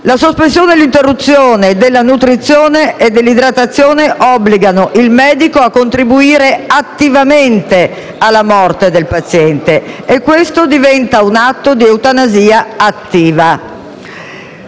La soppressione e l'interruzione della nutrizione e della idratazione obbligano il medico a contribuire attivamente alla morte del paziente. E questo diventa un atto di eutanasia attiva.